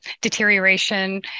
deterioration